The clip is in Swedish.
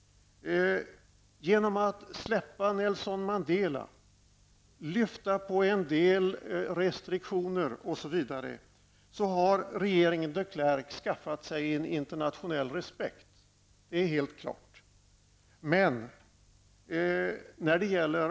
Genom att släppa Nelson Mandela fri, lyfta på en del restriktioner osv. har regeringen de Klerk skaffat sig internationell respekt. Det står helt klart.